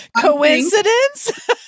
Coincidence